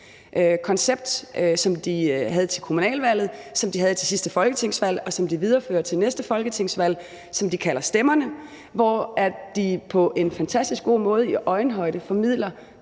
koncept, som de havde til kommunalvalget og til sidste folketingsvalg, og som de viderefører til næste folketingsvalg, som de kalder »Stemmerne«. Her formidler de på en fantastisk god måde og i øjenhøjde politik